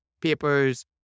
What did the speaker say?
papers